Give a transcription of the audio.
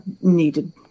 needed